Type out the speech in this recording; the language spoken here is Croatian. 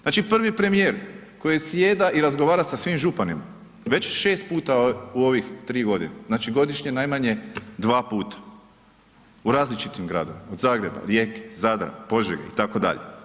Znači prvi premijer koji sjeda i razgovara sa svim županima, već 6 puta u ovih 3 g., znači godišnje najmanje dvaputa u različitim gradovima, od Zagreba, Rijeke, Zadra, Požege itd.